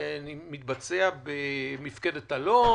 זה מתבצע במפקדת אלון?